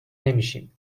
نمیشیم